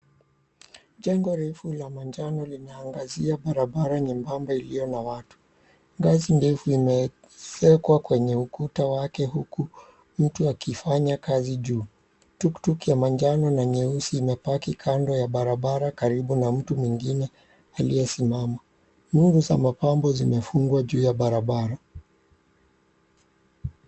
Jengo refu la manjano limeangazia barabara nyembamba iliyo na watu. Ngazi ndefu imeekwa kwenye ukuta wake huku mtu akifanya kazi juu. Tuktuk ya manjano na nyeusi imepaki kando na mtu mwingine aliyesimama. Nungu za mapambo zimefungwa juu ya barabara.